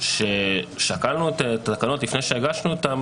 ששקלנו את התקנות לפני שהגשנו אותן,